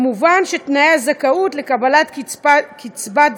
מובן שתנאי הזכאות לקבלת קצבת זיקנה,